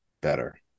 better